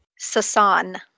Sasan